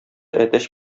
әтәч